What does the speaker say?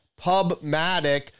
Pubmatic